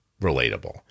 relatable